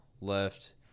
left